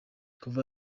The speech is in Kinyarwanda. kuva